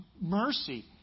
mercy